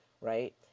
right